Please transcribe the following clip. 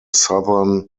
southern